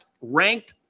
ranked